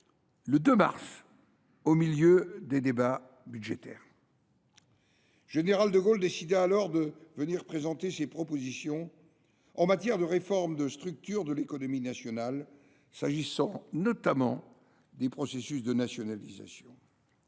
le 2 mars, au milieu des débats budgétaires. Le général de Gaulle décida alors de venir présenter ses propositions de réforme des structures de l’économie nationale, et notamment les processus de nationalisation.